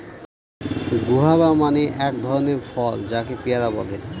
guava মানে এক ধরনের ফল যাকে পেয়ারা বলে